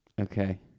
Okay